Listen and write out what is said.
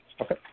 Okay